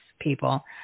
people